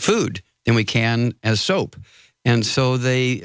food and we can as soap and so they